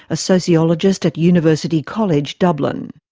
a sociologist at university college dublin.